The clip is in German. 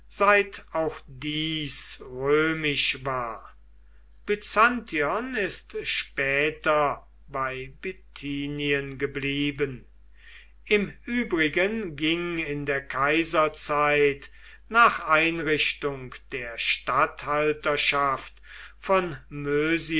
auch dies römisch war byzantion ist später bei bithynien geblieben im übrigen ging in der kaiserzeit nach einrichtung der statthalterschaft von